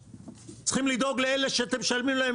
צריכים לדאוג לאלה שאתם משלמים להם